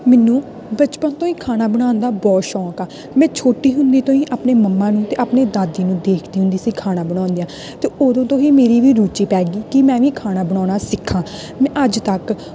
ਮੈਨੂੰ ਬਚਪਨ ਤੋਂ ਹੀ ਖਾਣਾ ਬਣਾਉਣ ਦਾ ਬਹੁਤ ਸ਼ੌਕ ਆ ਮੈਂ ਛੋਟੀ ਹੁੰਦੀ ਤੋਂ ਹੀ ਆਪਣੇ ਮੰਮਾ ਨੂੰ ਅਤੇ ਆਪਣੀ ਦਾਦੀ ਨੂੰ ਦੇਖਦੀ ਹੁੰਦੀ ਸੀ ਖਾਣਾ ਬਣਾਉਂਦਿਆਂ ਅਤੇ ਉਦੋਂ ਤੋਂ ਹੀ ਮੇਰੀ ਵੀ ਰੁਚੀ ਪੈ ਗਈ ਕਿ ਮੈਂ ਵੀ ਖਾਣਾ ਬਣਾਉਣਾ ਸਿੱਖਾਂ ਮੈਂ ਅੱਜ ਤੱਕ